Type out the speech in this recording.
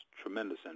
tremendous